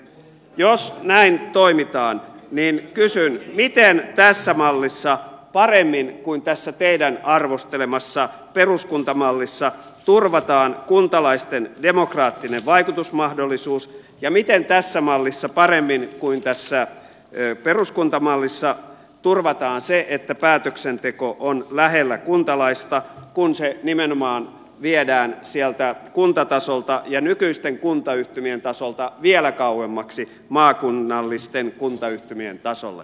jos näin toimitaan niin kysyn miten tässä mallissa paremmin kuin tässä teidän arvostelemassanne peruskuntamallissa turvataan kuntalaisten demokraattinen vaikutusmahdollisuus ja miten tässä mallissa paremmin kuin tässä peruskuntamallissa turvataan se että päätöksenteko on lähellä kuntalaista kun se nimenomaan viedään sieltä kuntatasolta ja nykyisten kuntayhtymien tasolta vielä kauemmaksi maakunnallisten kuntayhtymien tasolle